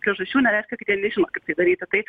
priežasčių nereiškia kad jie nežino kaip tai daryti tai